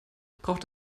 braucht